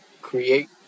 create